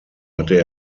hatte